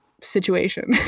situation